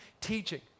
teaching